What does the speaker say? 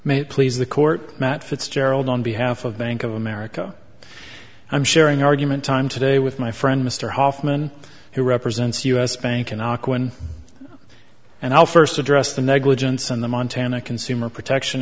may please the court matt fitzgerald on behalf of bank of america i'm sharing argument time today with my friend mr hoffman who represents us bank in auckland and i'll first address the negligence and the montana consumer protection